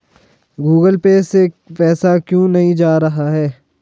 Google Pay से पैसा क्यों नहीं जा रहा है?